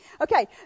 okay